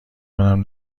کنم